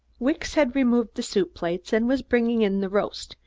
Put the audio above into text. wicks had removed the soup plates and was bringing in the roast,